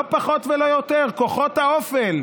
לא פחות ולא יותר, כוחות האופל.